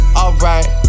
alright